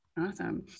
Awesome